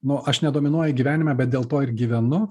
no aš nedominuoju gyvenime bet dėl to ir gyvenu